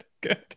good